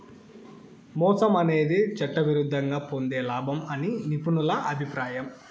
మోసం అనేది చట్టవిరుద్ధంగా పొందే లాభం అని నిపుణుల అభిప్రాయం